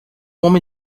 homem